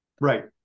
Right